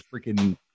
freaking